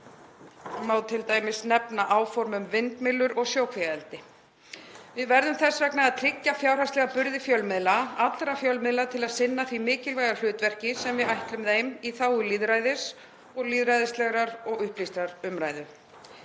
Hér má t.d. nefna áform um vindmyllur og sjókvíaeldi. Við verðum þess vegna að tryggja fjárhagslega burði fjölmiðla, allra fjölmiðla, til að sinna því mikilvæga hlutverki sem við ætlum þeim í þágu lýðræðis og lýðræðislegrar og upplýstrar umræðu.